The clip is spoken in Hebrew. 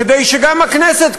כדי שגם הכנסת,